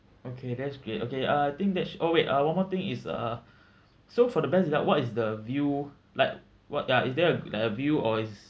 okay that's great okay ah I think that sh~ oh wait uh one more thing is uh so for the best deluxe what is the view like wh~ ya is there like a view or is